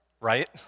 right